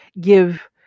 Give